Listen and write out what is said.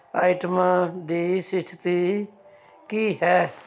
ਆਈਟਮਾਂ ਦੀ ਸਥਿਤੀ ਕੀ ਹੈ